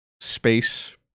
space